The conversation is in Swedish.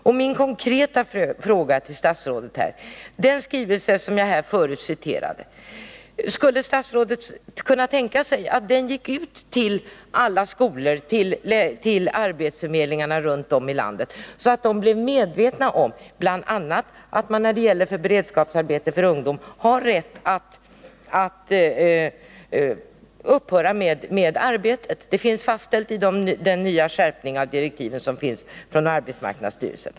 Och min konkreta fråga till statsrådet är: Skulle statsrådet kunna tänka sig att den skrivelse, som jag förut citerade, gick ut till alla skolor och till arbetsförmedlingarna runt om i landet, så att de blir medvetna om bl.a. att man när det gäller beredskapsarbete för ungdom har rätt att upphöra med arbetet? Det finns fastställt i de nya skärpta direktiv som utfärdats av arbetsmarknadsstyrelsen.